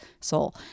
soul